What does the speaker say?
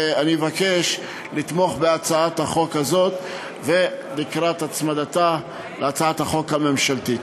אני אבקש לתמוך בהצעת החוק הזאת לקראת הצמדתה להצעת החוק הממשלתית.